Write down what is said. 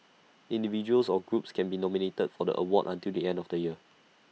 individuals or groups can be nominated for the award until the end of the year